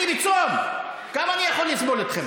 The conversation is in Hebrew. אני בצום, כמה אני יכול לסבול אתכם?